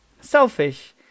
selfish